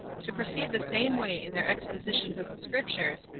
to proceed the same way in their expositions of the scriptures,